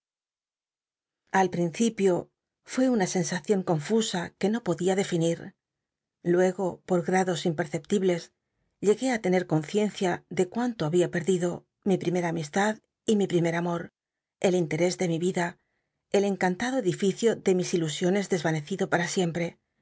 al principio fué una sensacion confusa que no podía delinir luego por grados imperceptibles llegtié á tener conciencia de cuanto babia perdido mi primera am istad y mi primer amor el in terés de m i vida el encantado cdirtcio de mis ilusiones desl'anecido pal'a siempre